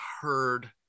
heard